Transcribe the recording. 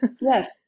Yes